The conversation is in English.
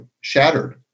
shattered